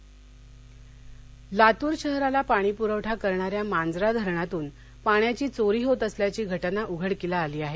लात्र पाणी लातूर शहराला पाणी पुरवठा करणाऱ्या मांजरा धरणातून पाण्याची चोरी होत असल्याची घटना उघडकीस आली आहे